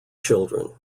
children